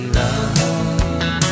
love